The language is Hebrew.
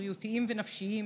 הבריאותיים והנפשיים,